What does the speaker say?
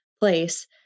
place